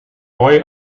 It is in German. heu